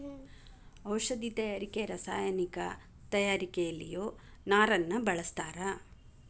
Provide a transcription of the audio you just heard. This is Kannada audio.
ಔಷದಿ ತಯಾರಿಕೆ ರಸಾಯನಿಕ ತಯಾರಿಕೆಯಲ್ಲಿಯು ನಾರನ್ನ ಬಳಸ್ತಾರ